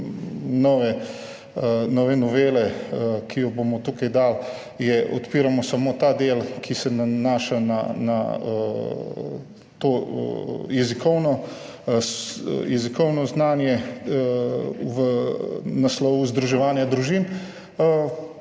nove novele, ki jo bomo tukaj dali, odpiramo samo ta del, ki se nanaša na to jezikovno znanje v naslovu združevanja družin.